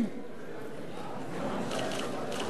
בהסכמה.